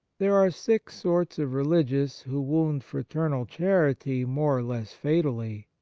there are six sorts of religious who wound fraternal charity more or less fatally,